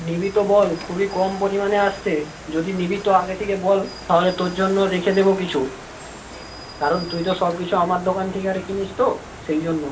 নিবি তো বল খুবই কম পরিমাণে আসছে যদি নিবি তো আগে থেকে বল তাহলে তোর জন্য রেখে দেবো কিছু কারণ তুই তো সব কিছু আমার দোকান থেকে আরে কিনিস তো সেই জন্য